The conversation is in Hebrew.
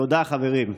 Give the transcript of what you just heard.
תודה, חברים.